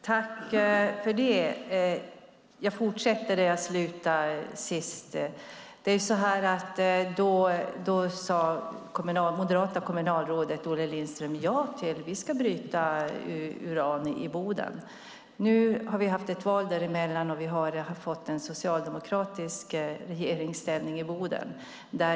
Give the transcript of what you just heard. Herr talman! Jag fortsätter där jag avslutade min förra replik. Det moderata kommunalrådet Olle Lindström sade ja till att bryta uran i Boden. Nu har det varit val däremellan och det har blivit en socialdemokratisk regering i Boden.